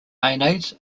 mayonnaise